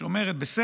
שאומרת: בסדר,